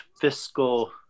fiscal